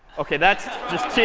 ok, that's just cheating.